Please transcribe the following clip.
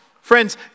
Friends